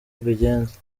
mbigenza